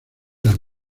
las